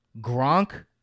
Gronk